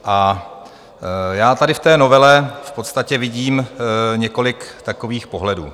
A já tady v té novele v podstatě vidím několik takových pohledů.